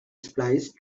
spliced